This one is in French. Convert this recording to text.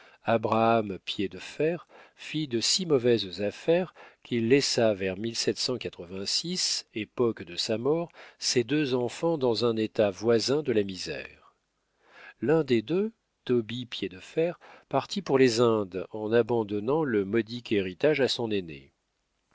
abraham piédefer fit de si mauvaises affaires qu'il laissa vers époque de sa mort ses deux enfants dans un état voisin de la misère l'un des deux tobie piédefer partit pour les indes en abandonnant le modique héritage à son aîné